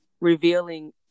revealing